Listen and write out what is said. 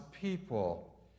people